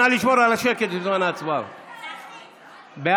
התשפ"א 2021, לוועדה שתקבע ועדת הכנסת נתקבלה.